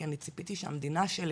כי אני ציפיתי שהמדינה שלי